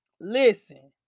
listen